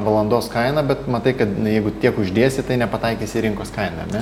valandos kainą bet matai kad na jeigu tiek uždėsi tai nepataikysi į rinkos kainą ar ne